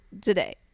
today